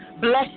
bless